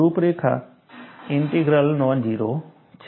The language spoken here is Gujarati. રૂપરેખા ઇન્ટિગ્રલ નોન જીરો છે